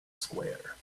square